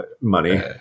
money